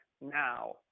now